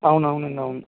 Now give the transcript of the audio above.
అవును అవునండి అవును